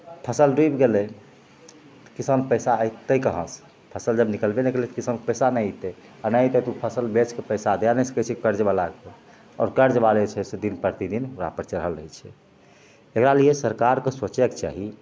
फसिल डुबि गेलै तऽ किसानके पइसा अएतै कहाँसे फसिल जब निकलबे नहि कएलै तऽ किसानके पइसा नहि अएतै आओर नहि अएतै तऽ ओ फसिल बेचिके पइसा दै नै सकै छिए कर्जवलाके आओर कर्जवला जे छै से दिन प्रतिदिन ओकरापर चढ़ल रहै छै एकरा लिए सरकारके सोचैके चाही